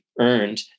earned